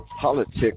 Politics